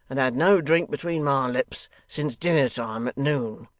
and had no drink between my lips since dinner-time at noon